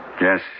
Yes